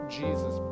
Jesus